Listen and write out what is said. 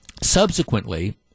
subsequently